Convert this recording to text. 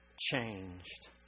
changed